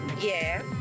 Yes